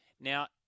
Now